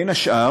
בין השאר